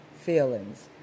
feelings